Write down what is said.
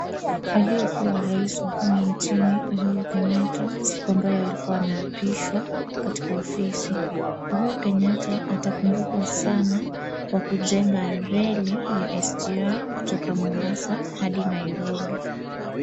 Aliyekuwa rais wa humu nchini Uhuru Kenyatta, siku ambaye alikuwa anaapishwa katika ofisi. Uhuru Kenyatta atakumbukwa sana kwa kujenga reli ya SGR kutoka Mombasa hadi Nairobi